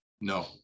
No